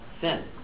sin